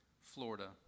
Florida